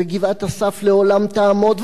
וגבעת-אסף לעולם תעמוד,